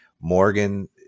Morgan